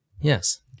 Yes